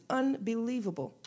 unbelievable